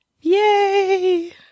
Yay